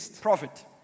Profit